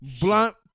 blunt